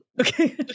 Okay